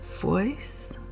voice